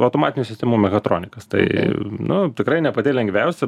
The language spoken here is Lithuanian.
automatinių sistemų mechatronikas tai nu tikrai ne pati lengviausia